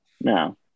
No